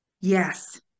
Yes